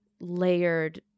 layered